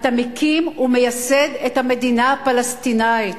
אתה מקים ומייסד את המדינה הפלסטינית.